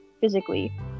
physically